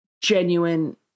genuine